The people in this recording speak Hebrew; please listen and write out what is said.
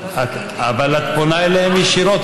אבל את פונה אליהם ישירות.